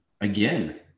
again